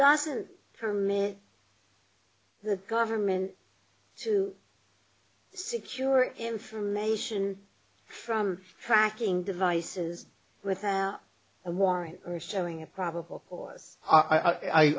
doesn't permit the government to secure information from tracking devices without a warrant telling a probable cause i